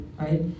right